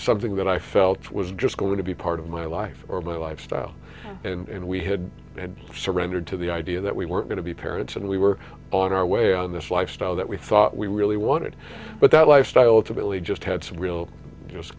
something that i felt was just going to be part of my life or my lifestyle and we had surrendered to the idea that we were going to be parents and we were on our way on this lifestyle that we thought we really wanted but that lifestyle to billy just had some real